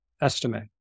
estimate